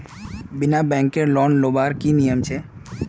बिना बैंकेर लोन लुबार की नियम छे?